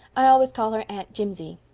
i always call her aunt jimsie.